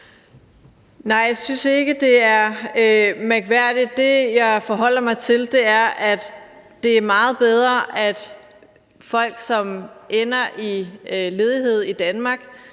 (RV): Jeg synes ikke, at det er mærkværdigt. Det, jeg forholder mig til, er, at det er meget bedre, at folk, som ender i ledighed i Danmark,